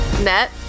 net